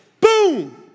boom